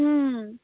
ও